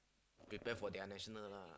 prepare for their national lah